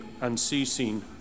unceasing